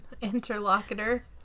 interlocutor